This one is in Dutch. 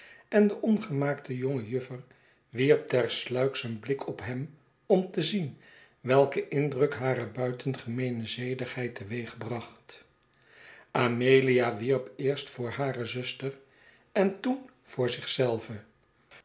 en de ongemaakte jonge juffer wierp tersluiks een blik op hem om te zien welken indruk hare buitengemeene zedigheid teweegbracht amelia wierp eerst voor hare zuster en toen voor